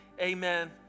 Amen